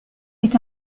est